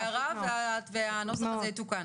אנחנו מקבלים את ההערה והנוסח הזה יתוקן.